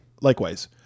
Likewise